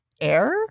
air